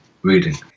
reading